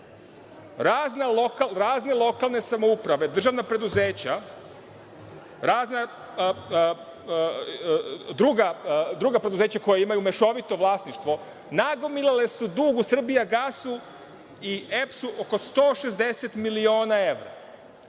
razne lokalne samouprave, državna preduzeća, druga preduzeća koja imaju mešovito vlasništvo, nagomilali su dug u „Srbijagasu“ i EPS-u oko 160 miliona evra.